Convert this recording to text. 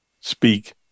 speak